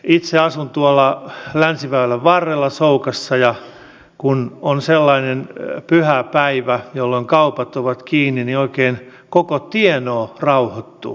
itse asun länsiväylän varrella soukassa ja kun on sellainen pyhäpäivä jolloin kaupat ovat kiinni niin oikein koko tienoo rauhoittuu